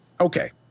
Okay